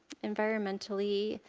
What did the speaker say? environmentally,